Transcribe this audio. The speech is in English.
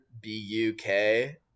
B-U-K